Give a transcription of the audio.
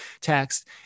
text